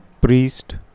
priest